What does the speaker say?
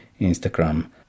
instagram